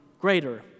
greater